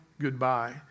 goodbye